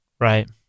Right